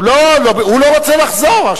הוא לא רוצה לחזור.